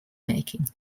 making